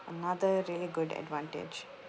another really good advantage